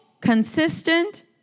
consistent